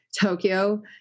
Tokyo